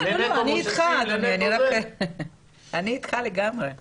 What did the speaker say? אני אתך לגמרי אדוני.